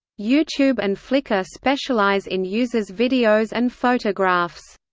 youtube and flickr specialize in users' videos and photographs.